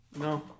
No